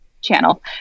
Channel